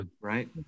Right